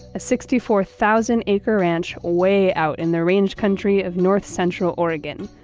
a sixty four thousand acre ranch way out in the range country of north central oregon.